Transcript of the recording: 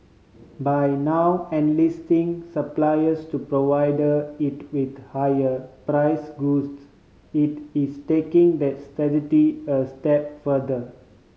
by now enlisting suppliers to provide it with higher price goods it is taking that strategy a step further